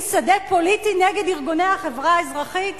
שדה פוליטי נגד ארגוני החברה האזרחית?